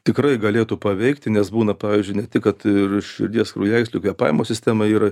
tikrai galėtų paveikti nes būna pavyzdžiui ne tik kad ir širdies kraujagyslių kvėpavimo sistema yra